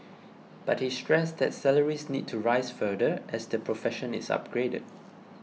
but he stressed that salaries need to rise further as the profession is upgraded